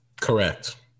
Correct